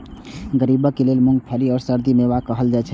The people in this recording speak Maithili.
गरीबक लेल मूंगफली कें सर्दीक मेवा कहल जाइ छै